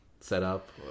setup